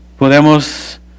Podemos